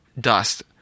dust